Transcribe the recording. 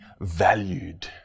valued